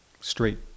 straight